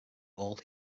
all